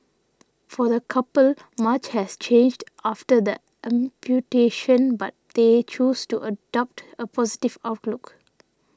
for the couple much has changed after the amputation but they choose to adopt a positive outlook